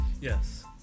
Yes